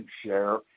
share